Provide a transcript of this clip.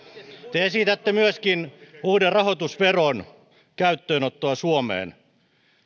te esitätte myöskin uuden rahoitusveron käyttöönottoa suomeen